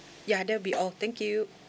ya that will be all thank you